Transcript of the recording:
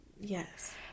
yes